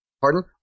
Pardon